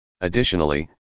Additionally